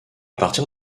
partir